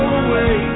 away